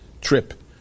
trip